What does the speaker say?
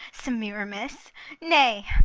semiramis nay,